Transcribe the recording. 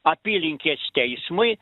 apylinkės teismui